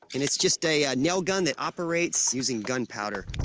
and it's just a ah nail gun that operates using gunpowder.